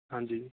ਹਾਂਜੀ